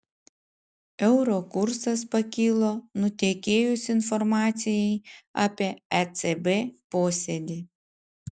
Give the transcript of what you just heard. euro kursas pakilo nutekėjus informacijai apie ecb posėdį